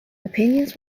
opinions